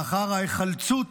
לאחר ההיחלצות